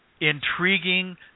intriguing